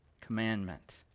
commandment